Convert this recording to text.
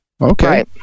okay